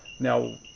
now,